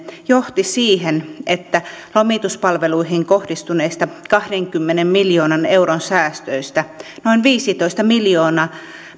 johti siihen että lomituspalveluihin kohdistuneista kahdenkymmenen miljoonan euron säästöistä noin viisitoista miljoonaa